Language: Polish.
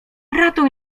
ratuj